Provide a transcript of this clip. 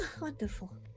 Wonderful